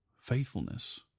faithfulness